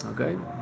okay